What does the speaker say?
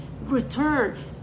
Return